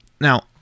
Now